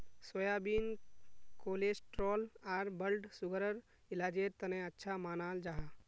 soybean cholesterol आर blood सुगरर इलाजेर तने अच्छा मानाल जाहा